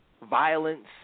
Violence